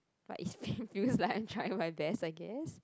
but it's like I'm trying my best I guess